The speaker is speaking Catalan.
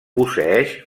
posseeix